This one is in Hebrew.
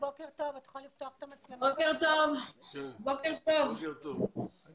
בוקר טוב, אני